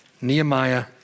Nehemiah